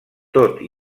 tot